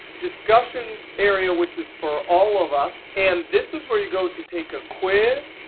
discussion area, which is for all of us, and this is where you go to take a quiz.